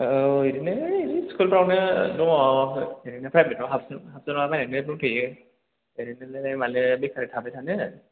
औ बिदिनो है स्कुलफ्रावनो दङ ओरैनो प्राइभेटफ्राव हाबसन हाबसनलाबायनानै दंथ'यो ओरैनोलाय मानो बेखार थाबाय थानो